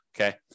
okay